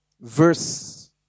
verse